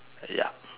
ya